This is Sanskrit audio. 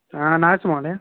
नास्ति महोदय